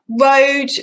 road